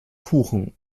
kuchen